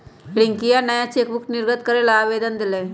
रियंकवा नया चेकबुक निर्गत करे ला आवेदन देलय